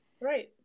right